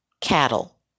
cattle